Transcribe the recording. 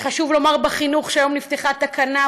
חשוב לומר שבחינוך היום נפתחה תקנה,